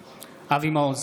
מעוז,